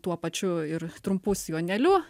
tuo pačiu ir trumpu sijonėliu